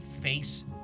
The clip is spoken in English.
face